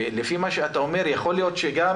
ולפי מה שאתה אומר יכול להיות שגם